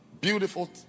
beautiful